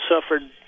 suffered